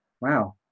wow